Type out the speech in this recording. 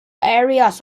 areas